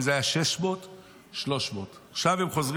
אם זה היה 600 או 300. עכשיו הם חוזרים